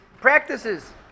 practices